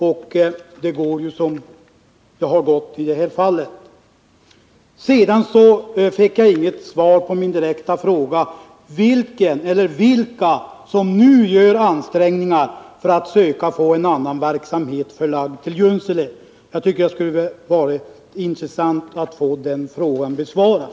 Och då går det som det har gått i detta fall. Jag fick inget svar på min direkta fråga om vilka som nu gör ansträngningar för att söka få en annan verksamhet förlagd till Junsele. Det skulle ha varit intressant att få den frågan besvarad.